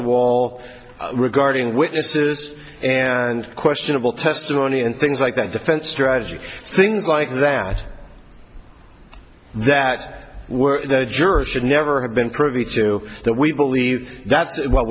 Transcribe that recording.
wall regarding witnesses and questionable testimony and things like that defense strategy things like that that juror should never have been privy to that we believe that's what